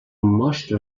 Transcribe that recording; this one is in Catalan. mostra